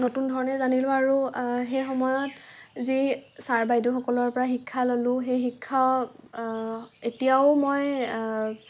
নতুন ধৰণে জানিলোঁ আৰু সেই সময়ত যি চাৰ বাইদেউসকলৰ পৰা শিক্ষা ল'লোঁ সেই শিক্ষা এতিয়াও মই